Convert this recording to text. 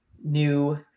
new